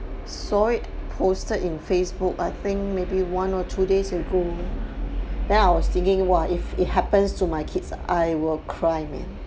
saw it posted in facebook I think maybe one or two days ago now a then I was thinking !wah! if it happens to my kids I will cry man